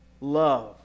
Love